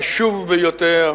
חשוב ביותר,